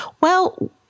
Well-